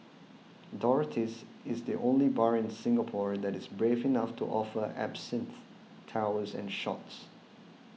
Dorothy's is the only bar in Singapore that is brave enough to offer Absinthe towers and shots